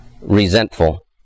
resentful